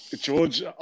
George